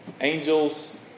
angels